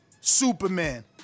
Superman